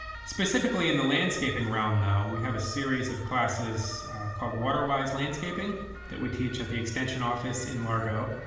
specifically in the landscaping realm, though, we have a series of classes called water-wise landscaping that we teach at the extension office in largo.